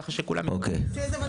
ככה שכולם --- תודה.